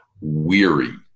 weary